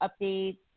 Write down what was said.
updates